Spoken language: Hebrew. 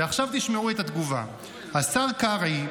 ועכשיו תשמעו את התגובה: השר קרעי,